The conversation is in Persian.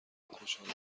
خوشحالم